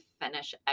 finish